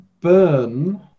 burn